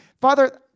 Father